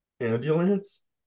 Ambulance